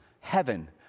heaven